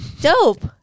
Dope